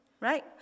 right